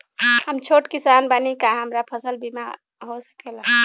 हम छोट किसान बानी का हमरा फसल बीमा हो सकेला?